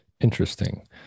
Interesting